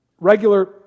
Regular